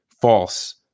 false